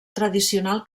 tradicional